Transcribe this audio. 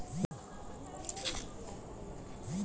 गेहूं में पटवन खातिर केतना दिन पर सिंचाई करें के होई?